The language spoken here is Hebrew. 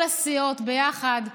כל הסיעות ביחד,